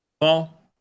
Paul